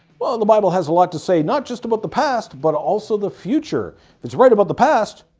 well and the bible has a lot to say not just about the past, but also the future. if it's right about the past,